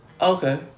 okay